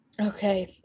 Okay